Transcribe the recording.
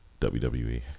WWE